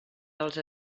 dels